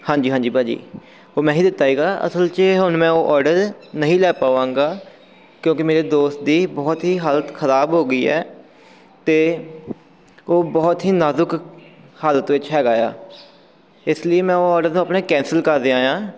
ਹਾਂਜੀ ਹਾਂਜੀ ਭਾਅ ਜੀ ਉਹ ਮੈਂ ਹੀ ਦਿੱਤਾ ਹੈਗਾ ਅਸਲ 'ਚ ਹੁਣ ਮੈਂ ਉਹ ਔਡਰ ਨਹੀਂ ਲੈ ਪਾਵਾਂਗਾ ਕਿਉਂਕਿ ਮੇਰੇ ਦੋਸਤ ਦੀ ਬਹੁਤ ਹੀ ਹਾਲਤ ਖ਼ਰਾਬ ਹੋ ਗਈ ਹੈ ਅਤੇ ਉਹ ਬਹੁਤ ਹੀ ਨਾਜ਼ੁਕ ਹਾਲਤ ਵਿੱਚ ਹੈਗਾ ਆ ਇਸ ਲਈ ਮੈਂ ਉਹ ਔਡਰ ਤੋਂ ਆਪਣੇ ਕੈਂਸਲ ਕਰ ਰਿਹਾ ਹਾਂ